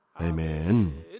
Amen